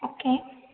okay